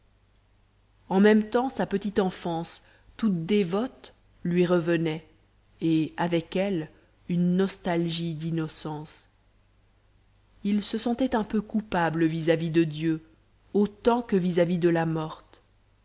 en même temps sa petite enfance toute dévote lui revenait et avec elle une nostalgie d'innocence il se sentait un peu coupable vis-à-vis de dieu autant que vis-à-vis de la morte